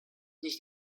nicht